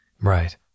right